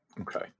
Okay